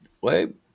Wait